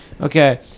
Okay